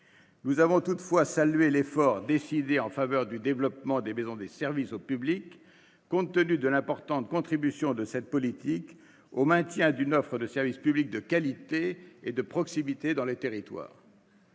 Nous avons toutefois salué l'effort décidé en faveur du développement des maisons de services au public, compte tenu de l'importante contribution de cette politique au maintien d'une offre de services publics de qualité et de proximité dans les territoires.